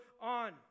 on